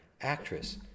actress